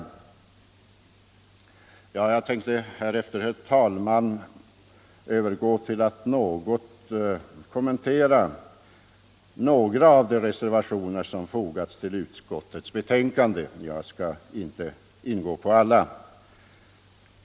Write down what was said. Jag tänkte härefter, herr talman, övergå till att något kommentera några av de reservationer som fogats till utskottets betänkande; jag skall dock inte ingå på alla.